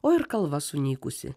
o ir kalva sunykusi